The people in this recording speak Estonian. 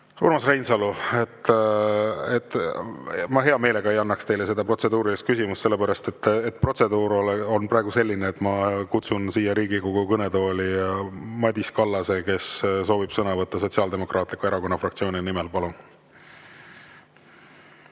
Urmas Reinsalu, ma hea meelega ei annaks teile protseduurilise küsimuse [esitamise võimalust]. Protseduur on praegu selline, et ma kutsun siia Riigikogu kõnetooli Madis Kallase, kes soovib sõna võtta Sotsiaaldemokraatliku Erakonna fraktsiooni nimel. Palun!